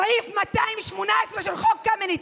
סעיף 218 של חוק קמיניץ,